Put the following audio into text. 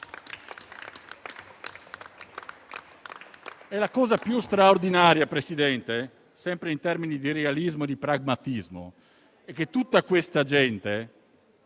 la cosa più straordinaria, sempre in termini di realismo e pragmatismo, è che tutta questa gente